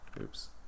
oops